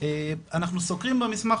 אנחנו סוקרים במסמך,